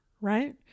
right